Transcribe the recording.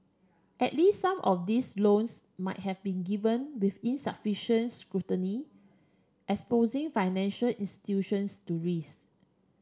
at least some of these loans might have been given with insufficient scrutiny exposing financial institutions to risk